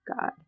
God